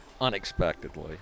Unexpectedly